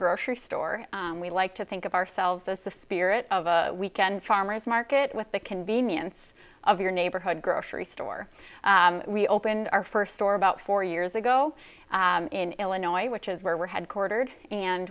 grocery store and we like to think of ourselves as the spirit of a weekend farmer's market with the convenience of your neighborhood grocery store we opened our first store about four years ago in illinois which is where we're headquartered and